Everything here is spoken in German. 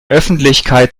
öffentlichkeit